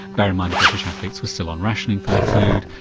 bear in mind the british athletes were still on rationing for their food,